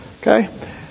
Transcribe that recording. Okay